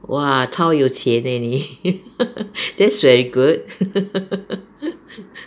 !wah! 超有钱 leh 你 that's very good